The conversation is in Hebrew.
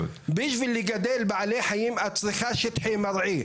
כולל גם כן עם חברת הכנסת הנכבדה שעושה את עבודתה שנים רבות,